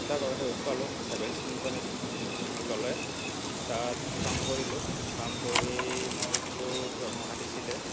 পালোঁ হেভেলছ কোম্পানীত ল'লে তাত কাম কৰিলোঁ কাম কৰি মোৰ যিটো দৰমহা দিছিলে